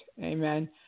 Amen